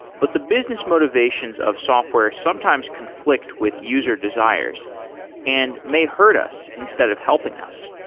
but the business motivations of software sometimes conflict with user desires and may hurt us instead of helping us.